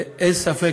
ואין ספק,